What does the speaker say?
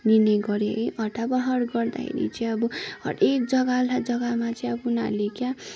गरे हड्डाबाहर गर्दाखेरि चाहिँ अब हरेक जग्गालाई जग्गामा चाहिँ अब उनीहरूले क्या